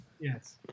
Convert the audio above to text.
Yes